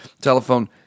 telephone